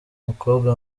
mukobwa